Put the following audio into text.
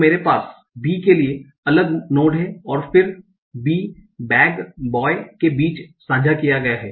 तो मैंरे पास b के लिए अलग नोड है और फिर b बेग और बॉय के बीच के बीच साझा किया गया हैं